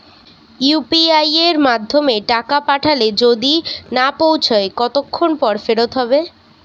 UPI য়ের মাধ্যমে টাকা পাঠালে যদি না পৌছায় কতক্ষন পর ফেরত হবে?